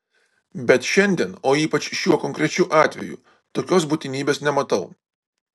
bet šiandien o ypač šiuo konkrečiu atveju tokios būtinybės nematau